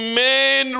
men